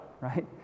right